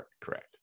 Correct